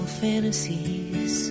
fantasies